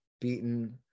beaten